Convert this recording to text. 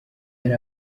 yari